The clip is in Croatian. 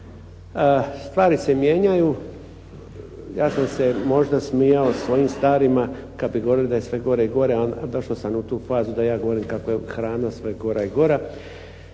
Stvari se mijenjaju. Ja sam se možda smijao svojim starima kad bi govorili da je sve gore i gore, a došao sam u tu fazu da ja govorim kako je hrana sve gora i gora.